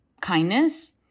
kindness